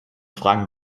fragen